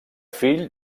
fill